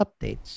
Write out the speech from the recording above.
updates